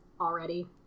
already